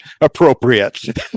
appropriate